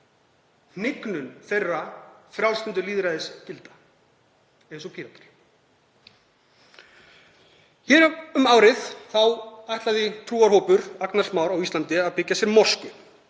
hnignun þeirra frjálslyndu lýðræðisgilda eins og Píratar. Hér um árið þá ætlaði trúarhópur, agnarsmár, á Íslandi að byggja sér mosku.